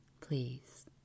Please